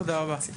תודה רבה.